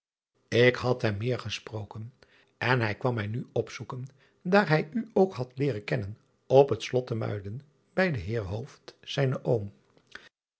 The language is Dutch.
k had hem meer gesproken en hij kwam mij nu opzoeken daar hij u ook had leeren kennen op het lot te uiden bij den eer